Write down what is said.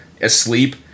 asleep